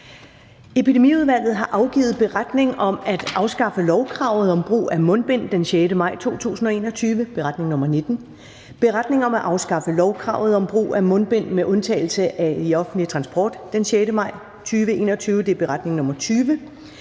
Epidemiudvalget har afgivet: Beretning om at afskaffe lovkravet om brug af mundbind fra den 6. maj 2021. (Beretning nr. 19), Beretning om at afskaffe lovkravet om brug af mundbind med undtagelse af i offentlig transport fra den 6. maj 2021. (Beretning nr. 20),